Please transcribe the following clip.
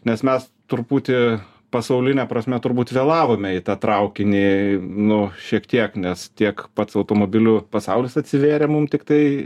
nes mes truputį pasauline prasme turbūt vėlavome į tą traukinį nu šiek tiek nes tiek pats automobilių pasaulis atsivėrė mum tik tai